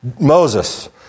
Moses